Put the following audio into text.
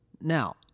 Now